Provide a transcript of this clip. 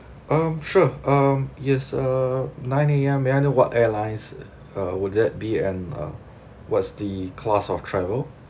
um sure um yes err nine A_M may I know what airlines uh would that be and uh what's the class of travel